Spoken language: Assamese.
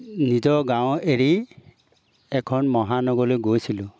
নিজৰ গাঁৱ এৰি এখন মহানগৰলৈ গৈছিলোঁ